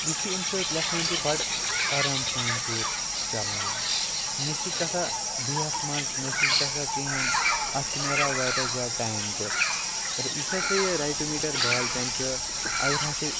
یُتھُے اَمہِ سۭتۍ ٮ۪کھان چھِ بَڑٕ آرام سان چھُ یہِ چَلان نہ چھُ یہِ گژھان بِہتھ منٛز نہ چھُس گژھان کِہیٖنۍ اَتھ چھِ نیران واریاہ زیادٕ ٹایم تہِ یُس ہَسا یہِ ریٹو میٖٹَر بال پٮ۪ن چھُ اگر ہَسا